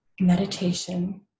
meditation